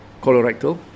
colorectal